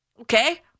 okay